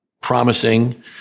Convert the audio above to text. promising